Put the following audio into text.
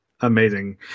Amazing